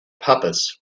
puppets